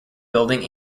building